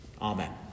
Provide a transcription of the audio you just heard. Amen